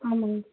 ஆமாங்க